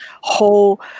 whole